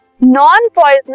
non-poisonous